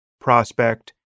prospect